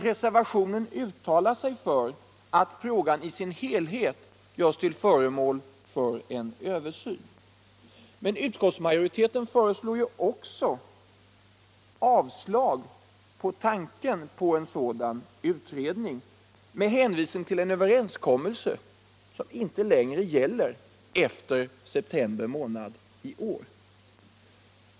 Reservationen uttalar sig nämligen för att frågan i sin helhet görs till föremål för en översyn. Men med hänvisning till en överenskommelse, som inte längre gäller efter september i år, avstyrker utskottsmajoriteten kravet på en sådan utredning.